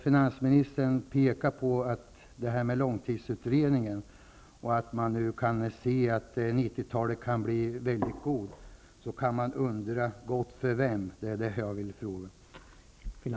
Finansministern pekar på långtidsutredningen och säger att man nu kan se att 90-talet kan bli väldigt bra. Men min fråga blir då: För vem blir det bra?